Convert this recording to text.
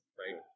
right